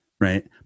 right